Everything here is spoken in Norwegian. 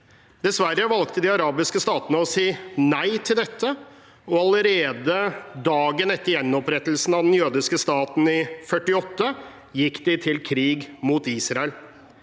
Dessverre valgte de arabiske statene å si nei til dette, og allerede dagen etter gjenopprettelsen av den jødiske staten i 1948, gikk de til krig mot Israel.